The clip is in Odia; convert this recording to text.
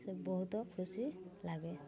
ସେ ବହୁତ ଖୁସି ଲାଗେ